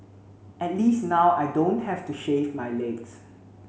at least now I don't have to shave my legs